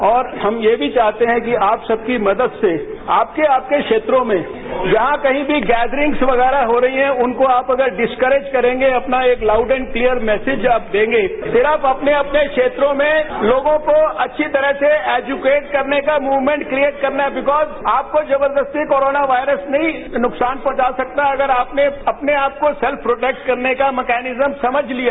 और हम यह भी चाहते हैंकि आप सबकी मदद से आपके आपके क्षेत्रों में जहां कही भी गैदरिंग्स वगैराह हो रहीहै उनको आप अगर डिसकरेज करेंगे अपना एक लाउड एंड क्लीयर मैसेज आप देंगे फिर आपखपने अपने क्षेत्रों में लोगों को अच्छी तरह से एज्यूकेट करने का मूवमेंट क्रिएट करनाहै बिकाउज़ आपको जबरदस्ती कोरोना वायरस नहीं नुकसान पहुंचा सकता अगर आपने अपने आपकोर्टेल्फ प्रोटैक्ट करने का मकैनिजम समझ लिया